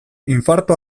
infarto